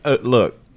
Look